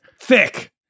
Thick